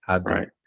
right